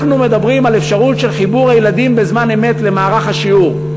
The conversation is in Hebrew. אנחנו מדברים על אפשרות של חיבור הילדים בזמן אמת למערך השיעור.